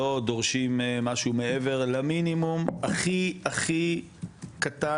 לא דורשים משהו מעבר למינימום הכי הכי קטן,